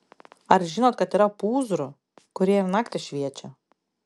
ar žinot kad yra pūzrų kurie ir naktį šviečia